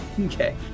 Okay